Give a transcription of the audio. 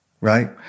Right